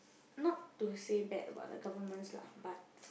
not to say bad about the governments lah but